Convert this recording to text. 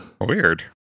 Weird